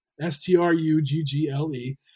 S-T-R-U-G-G-L-E